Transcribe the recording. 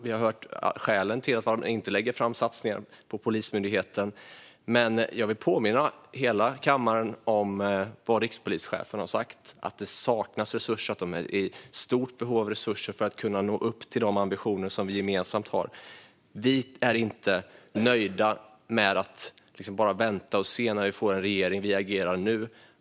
Vi har hört skälen till att man inte lägger fram satsningar på Polismyndigheten, men jag vill påminna hela kammaren om vad rikspolischefen har sagt, nämligen att det saknas resurser och att man är i stort behov av resurser för att kunna nå upp till de ambitioner som vi gemensamt har. Vi är inte nöjda med att bara vänta och se när vi får en regering. Vi agerar nu.